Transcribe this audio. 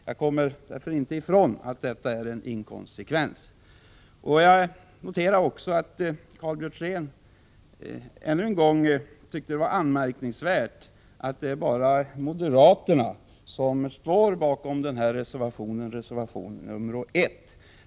Jag kommer inte ifrån att detta är en inkonsekvens av moderaterna. Jag noterar också att Karl Björzén ännu en gång tyckte att det var anmärkningsvärt att bara moderaterna stod bakom reservation 1.